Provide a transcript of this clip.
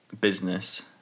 business